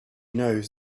knows